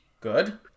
Good